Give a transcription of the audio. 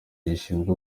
gishinzwe